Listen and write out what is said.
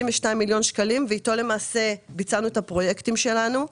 מיליון שקלים ואיתם למעשה ביצענו את הפרויקטים שלנו.